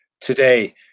today